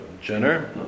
Jenner